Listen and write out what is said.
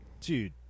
Dude